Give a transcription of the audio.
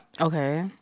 Okay